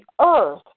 earth